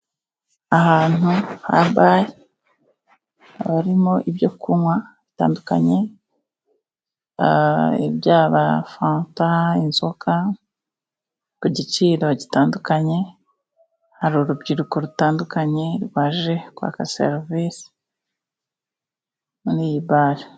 Ahantu ha bare harimo ibyo kunywa bitandukanye:byaba fanta, inzoga ku giciro gitandukanye ,hari urubyiruko rutandukanye rwaje kwaka serivisi muri bare